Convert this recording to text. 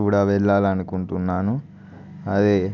కూడా వెళ్ళాలనుకుంటున్నాను అదే